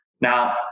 Now